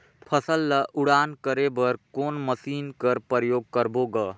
फसल ल उड़ान करे बर कोन मशीन कर प्रयोग करबो ग?